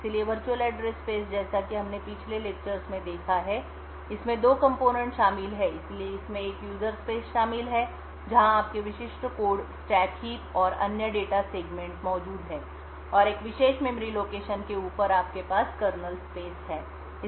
इसलिए virtual address space जैसा कि हमने पिछले लेक्चर्स में देखा है इसमें दो कंपोनेंट शामिल हैं इसलिए इसमें एक यूजर स्पेस शामिल है जहां आपके विशिष्ट कोड स्टैक हीप और अन्य डेटा सेगमेंट मौजूद हैं और एक विशेष मेमोरी लोकेशन के ऊपर आपके पास कर्नेल स्पेस है